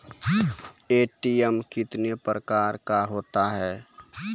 ATM कितने प्रकार का होता हैं?